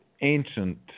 ancient